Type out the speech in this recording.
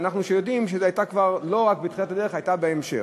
כך שאנחנו יודעים שהיא הייתה לא בתחילת הדרך אלא בהמשך.